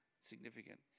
Significant